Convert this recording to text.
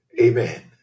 Amen